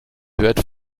hört